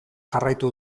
jarraitu